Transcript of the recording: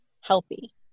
healthy